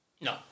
No